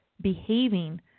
behaving